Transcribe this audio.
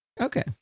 Okay